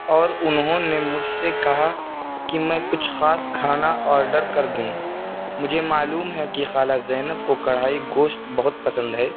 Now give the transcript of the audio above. اور انہوں نے مجھ سے کہا کہ میں کچھ خاص کھانا آرڈر کر دوں مجھے معلوم ہے کہ خالہ زینب کو کڑھائی گوشت بہت پسند ہے